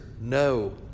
no